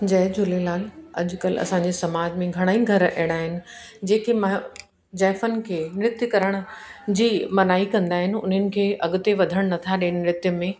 जय झूलेलाल अॼुकल्ह असांजे समाज में घणेई घर अहिड़ा आहिनि जेके मां जाइफ़नि खे नृतु करण जी मनाई कंदा आहिनि उन्हनि खे अॻिते वधण नथा ॾियनि नृत में